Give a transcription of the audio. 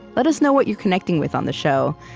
let us know what you're connecting with on the show,